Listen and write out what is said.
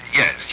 yes